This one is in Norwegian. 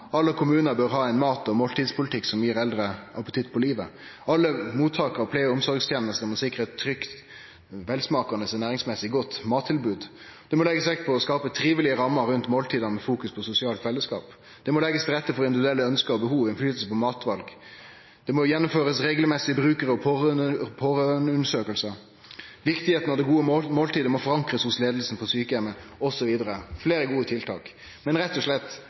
Alle kommunar bør ha ein mat- og måltidspolitikk som gir eldre appetitt på livet, og alle mottakarar av pleie- og omsorgstenester må sikrast eit trygt, velsmakande og ernæringsmessig godt mattilbod. Det må leggjast vekt på å skape trivelege rammer rundt måltida med fokus på sosialt fellesskap. Det må leggjast til rette for individuelle ønske og behov og innflytelse på matval. Det må gjennomførast regelmessige brukar- og pårørandeundersøkingar. Viktigheita av det gode måltidet må forankrast hos leiinga på sjukeheimen. Dette er fleire gode tiltak. Vi må rett og slett